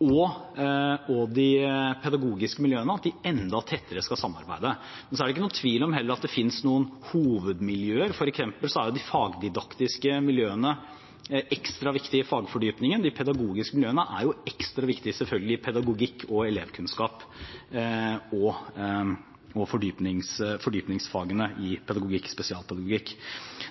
og de pedagogiske miljøene, skal samarbeide enda tettere. Men så er det ikke noen tvil om heller at det fins noen hovedmiljøer. For eksempel er de fagdidaktiske miljøene ekstra viktige i fagfordypningen. De pedagogiske miljøene er ekstra viktige, selvfølgelig, i pedagogikk og elevkunnskap og fordypningsfagene i pedagogikk og spesialpedagogikk.